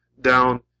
down